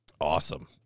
Awesome